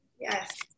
Yes